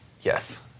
Yes